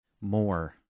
more